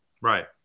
Right